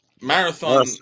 Marathon